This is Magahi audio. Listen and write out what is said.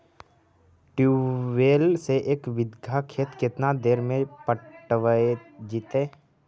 ट्यूबवेल से एक बिघा खेत केतना देर में पटैबए जितै?